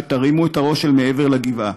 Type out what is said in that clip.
שתרימו את הראש אל מעבר לגבעה.